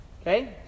Okay